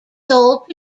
sold